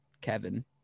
kevin